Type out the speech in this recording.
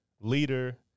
leader